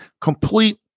complete